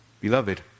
Beloved